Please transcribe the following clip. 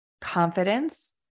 confidence